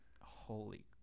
Holy